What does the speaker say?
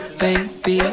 baby